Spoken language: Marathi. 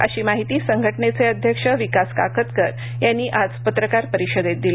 अशी माहीती संघटनेचे अध्यक्ष विकास काकतकर यांनी आज पत्रकार परिषदेत दिली